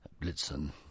Blitzen